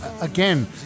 again